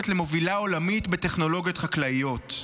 למובילה עולמית בטכנולוגיות חקלאיות.